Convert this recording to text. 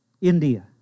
India